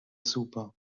super